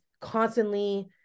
constantly